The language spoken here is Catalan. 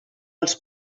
els